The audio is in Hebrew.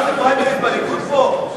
מה, זה פריימריס בליכוד פה?